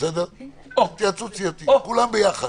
כולם ביחד.